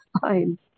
fine